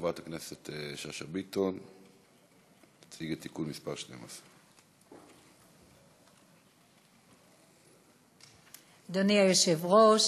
חברת הכנסת שאשא ביטון תציג את תיקון מס' 12. אדוני היושב-ראש,